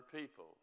people